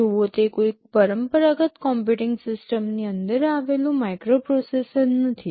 જોવો તે કોઈ પરંપરાગત કમ્પ્યુટિંગ સિસ્ટમની અંદર આવેલું માઇક્રોપ્રોસેસર નથી